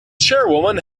chairwoman